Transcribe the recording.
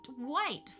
white